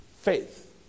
faith